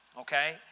okay